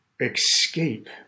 escape